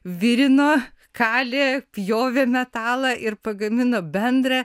virina kalė pjovė metalą ir pagamino bendrą